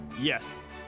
Yes